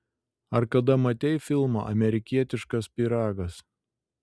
ar kada matei filmą amerikietiškas pyragas